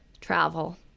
travel